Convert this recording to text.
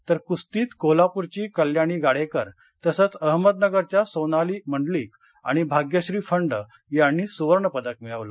तर कुस्तीत कोल्हापुरची कल्याणी गाडेकर तसंच अहमदनगरच्या सोनाली मंडलिक आणि भाग्यश्री फंड यांनी सुवर्णपदक मिळवलं